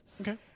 Okay